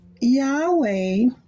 Yahweh